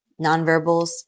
nonverbals